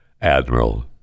admiral